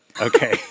okay